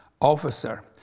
officer